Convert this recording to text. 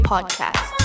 Podcast